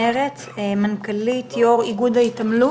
מנכ"לית יו"ר איגוד ההתעמלות.